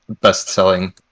best-selling